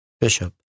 Bishop